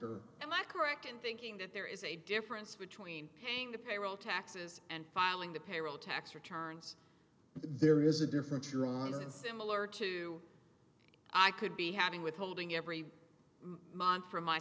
or am i correct in thinking that there is a difference between paying the payroll taxes and filing the payroll tax returns there is a difference your honor and similar to i could be having withholding every month from my